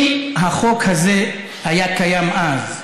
אם החוק הזה היה קיים אז,